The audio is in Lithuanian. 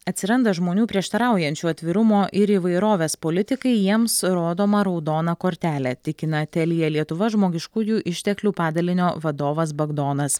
atsiranda žmonių prieštaraujančių atvirumo ir įvairovės politikai jiems rodoma raudona kortelė tikina telija lietuva žmogiškųjų išteklių padalinio vadovas bagdonas